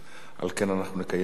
על כן אנחנו נקיים הצבעה: